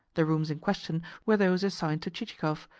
the rooms in question were those assigned to chichikov,